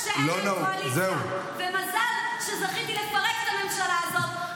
--- מזל שאין להם קואליציה ומזל שזכיתי לפרק את הממשלה הזאת,